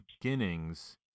beginnings